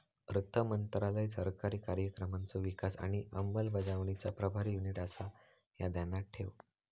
अर्थमंत्रालय सरकारी कार्यक्रमांचो विकास आणि अंमलबजावणीचा प्रभारी युनिट आसा, ह्या ध्यानात ठेव